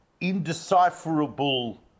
indecipherable